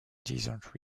desert